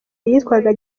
yitwa